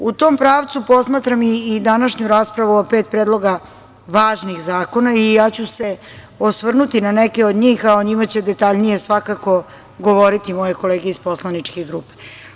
U tom pravcu posmatram i današnju raspravu od pet predloga važnih zakona i ja ću se osvrnuti na neke od njih, a o njima će detaljnije svakako govoriti moje kolege iz poslaničke grupe.